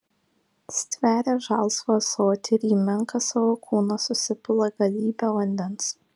stveria žalsvą ąsotį ir į menką savo kūną susipila galybę vandens